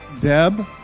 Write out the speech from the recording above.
Deb